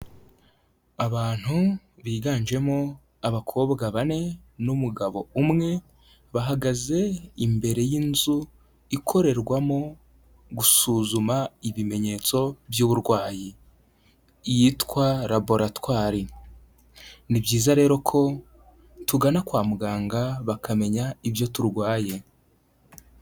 Abantu biganjemo abakobwa bane n'umugabo umwe, bahagaze imbere y'inzu ikorerwamo gusuzuma ibimenyetso by'uburwayi, iyitwa laboratwari, ni byiza rero ko tugana kwa muganga bakamenya ibyo turwaye.